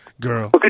girl